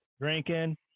drinking